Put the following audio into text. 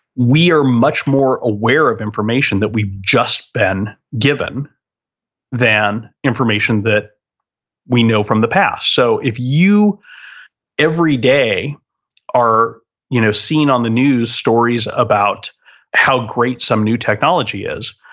we are much more aware of information that we've just been given than information that we know from the past so, if you every day are you know seen on the news stories about how great some new technology is,